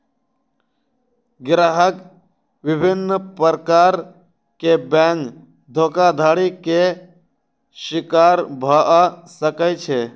ग्राहक विभिन्न प्रकार के बैंक धोखाधड़ी के शिकार भअ सकै छै